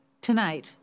tonight